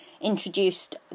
introduced